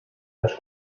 las